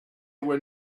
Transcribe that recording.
were